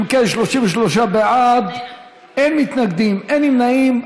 אם כן, 33 בעד, אין מתנגדים, אין נמנעים.